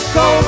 go